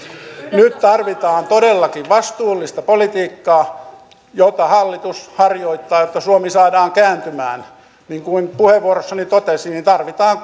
nyt tarvitaan todellakin vastuullista politiikkaa jota hallitus harjoittaa jotta suomi saadaan kääntymään niin kuin puheenvuorossani totesin niin tarvitaan